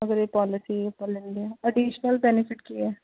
ਅਗਰ ਇਹ ਪੋਲਿਸੀ ਆਪਾਂ ਲੈਂਦੇ ਹਾਂ ਏਡੀਸ਼ਨਲ ਬੈਨੀਫਿਟ ਕੀ ਹੈ